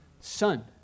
son